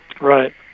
Right